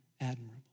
admirable